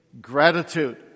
gratitude